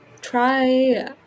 try